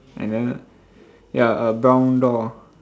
and then ya a brown door